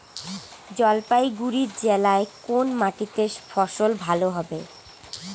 জলপাইগুড়ি জেলায় কোন মাটিতে ফসল ভালো হবে?